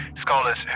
scholars